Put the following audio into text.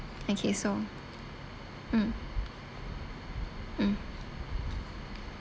okay so mm mm